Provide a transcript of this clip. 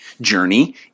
journey